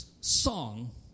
song